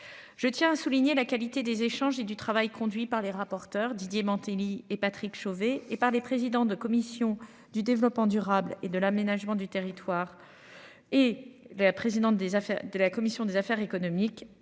Je tiens à souligner la qualité des échanges et du travail conduit par les rapporteurs Didier Mandelli et Patrick Chauvet et par les présidents de commission du développement durable et de l'aménagement du territoire. Et de la présidente des affaires de la commission des affaires économiques.